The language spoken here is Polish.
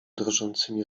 drżącymi